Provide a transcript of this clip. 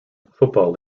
football